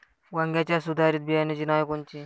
वांग्याच्या सुधारित बियाणांची नावे कोनची?